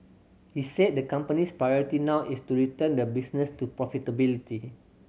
he said the company's priority now is to return the business to profitability